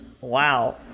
Wow